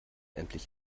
endlich